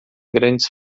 grandes